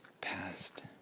past